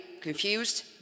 confused